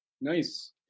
Nice